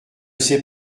sait